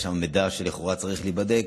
אם יש שם מידע שלכאורה צריך להיבדק,